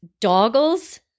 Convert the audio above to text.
doggles